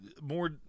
More